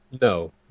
No